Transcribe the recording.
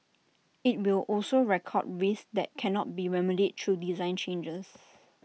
IT will also record risks that cannot be remedied through design changes